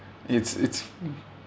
it's it's